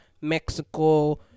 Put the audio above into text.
Mexico